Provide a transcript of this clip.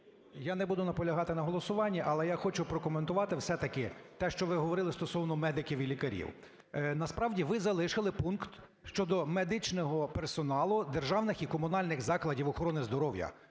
Я не буду наполягати на голосуванні, але я хочу прокоментувати все-таки те, що ви говорили стосовно медиків і лікарів. Насправді, ви залишили пункт щодо медичного персоналу державних і комунальних закладів охорони здоров'я.